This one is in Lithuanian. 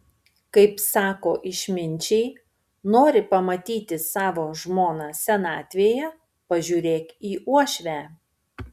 kaip sako išminčiai nori pamatyti savo žmoną senatvėje pažiūrėk į uošvę